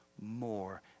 more